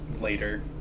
later